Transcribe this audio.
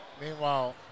Meanwhile